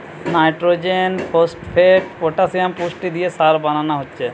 nitrogen, phosphate, potassium পুষ্টি দিয়ে সার বানানা হচ্ছে